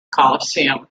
coliseum